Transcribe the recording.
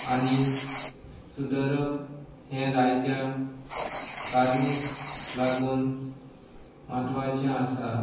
आनी सुदरप हें जायत्या कारणांक लागून म्हत्वाचें आसा